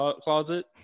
closet